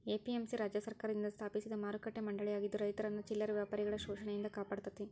APMC ರಾಜ್ಯ ಸರ್ಕಾರದಿಂದ ಸ್ಥಾಪಿಸಿದ ಮಾರುಕಟ್ಟೆ ಮಂಡಳಿಯಾಗಿದ್ದು ರೈತರನ್ನ ಚಿಲ್ಲರೆ ವ್ಯಾಪಾರಿಗಳ ಶೋಷಣೆಯಿಂದ ಕಾಪಾಡತೇತಿ